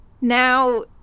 Now